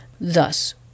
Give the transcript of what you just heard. Thus